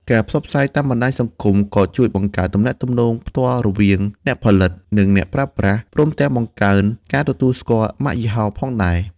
ការផ្សព្វផ្សាយតាមបណ្ដាញសង្គមក៏ជួយបង្កើតទំនាក់ទំនងផ្ទាល់រវាងអ្នកផលិត និងអ្នកប្រើប្រាស់ ព្រមទាំងបង្កើនការទទួលស្គាល់ម៉ាកយីហោផងដែរ។